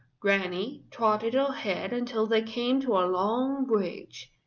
granny trotted ahead until they came to a long bridge.